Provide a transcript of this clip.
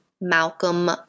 Malcolm